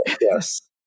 Yes